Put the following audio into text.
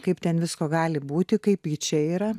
kaip ten visko gali būti kaip ji čia yra